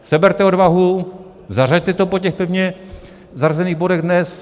Seberte odvahu, zařaďte to po pevně zařazených bodech dnes!